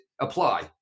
apply